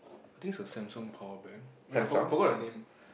I think it's a Samsung power bank wait I forgot the name